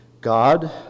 God